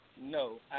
No